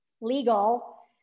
legal